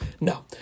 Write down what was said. No